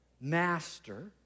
Master